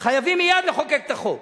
חייבים מייד לחוקק את החוק.